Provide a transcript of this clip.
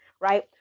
right